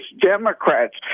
Democrats